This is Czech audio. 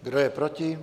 Kdo je proti?